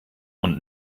und